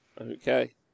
Okay